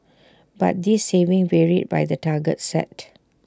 but this saving varied by the targets set